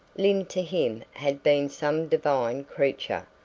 lyne to him had been some divine creature,